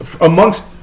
amongst